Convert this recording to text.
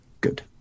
good